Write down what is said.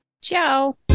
ciao